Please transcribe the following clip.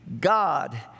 God